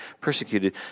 persecuted